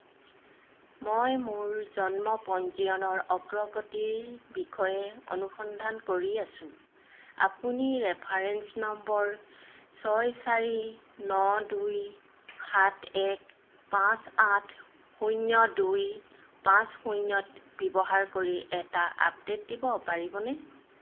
মই মোৰ জন্ম পঞ্জীয়নৰ অগ্ৰগতিৰ বিষয়ে অনুসন্ধান কৰি আছোঁ আপুনি ৰেফাৰেন্স নম্বৰ ছয় চাৰি ন দুই সাত এক পাঁচ আঠ শূন্য দুই পাঁচ শূন্য ব্যৱহাৰ কৰি এটা আপডেট দিব পাৰিবনে